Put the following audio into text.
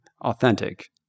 authentic